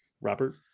Robert